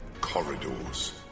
corridors